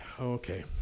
Okay